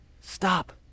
stop